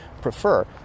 prefer